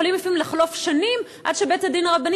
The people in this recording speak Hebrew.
יכולות לפעמים לחלוף שנים עד שבית-הדין הרבני